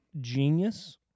genius